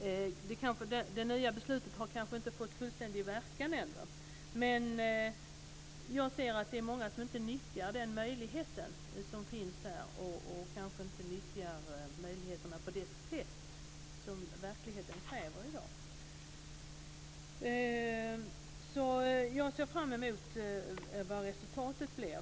Det nya beslutet har kanske ännu inte fått fullständig verkan, men jag ser att det är många som inte nyttjar den möjlighet som finns och som kanske inte nyttjar den på det sätt som verkligheten i dag kräver. Jag ser fram emot vad resultatet blir.